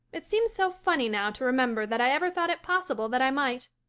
it seems so funny now to remember that i ever thought it possible that i might.